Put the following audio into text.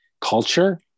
culture